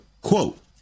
quote